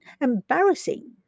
Embarrassing